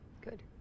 Good